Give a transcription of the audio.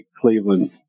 Cleveland